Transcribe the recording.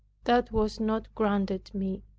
that was not granted me,